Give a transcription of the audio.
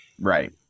Right